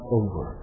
over